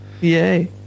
Yay